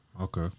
Okay